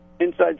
Inside